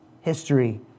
History